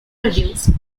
produced